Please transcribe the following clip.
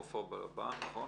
עפרה בלבן, נכון?